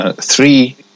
three